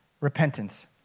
repentance